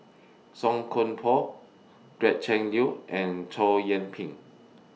Song Koon Poh Gretchen Liu and Chow Yian Ping